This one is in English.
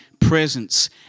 presence